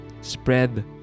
spread